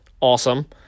Awesome